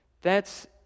thats